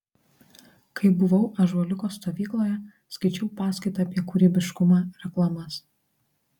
kai buvau ąžuoliuko stovykloje skaičiau paskaitą apie kūrybiškumą reklamas